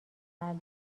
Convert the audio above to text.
قلب